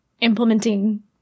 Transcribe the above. implementing